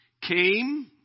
came